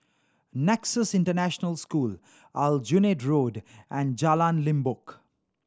Nexus International School Aljunied Road and Jalan Limbok